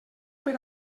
per